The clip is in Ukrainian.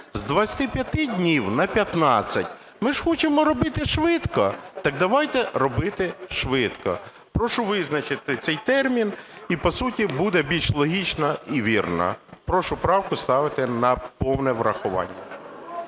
з 25 днів на 15. Ми ж хочемо робити швидко - так давайте робити швидко. Прошу визначити цей термін, і по суті буде більш логічно і вірно. Прошу правку поставити на повне врахування.